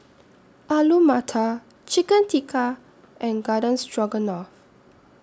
Alu Matar Chicken Tikka and Garden Stroganoff